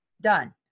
done